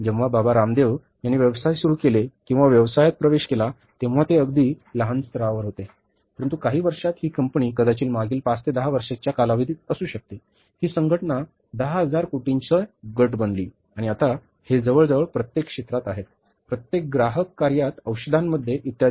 जेव्हा बाबा रामदेव यांनी व्यवसाय सुरू केले किंवा व्यवसायात प्रवेश केला तेव्हा ते अगदी लहान स्तरावर होते परंतु काहीच वर्षांत हि कंपनी कदाचित मागील 5 ते 10 वर्षांच्या कालावधीत असू शकते ही संघटना दहा हजार कोटींचा गट बनली आणि आता ते जवळजवळ प्रत्येक क्षेत्रात आहेत प्रत्येक ग्राहक कार्यात औषधांमध्ये इत्यादी